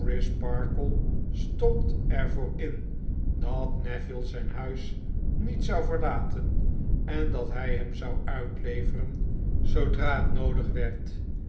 stond er voor in dat neville zijn huis niet zou verlaten en dat hij hem zou uitleveren zoodra het noodig werd